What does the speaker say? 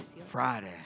Friday